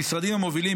המשרדים המובילים,